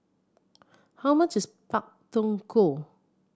how much is Pak Thong Ko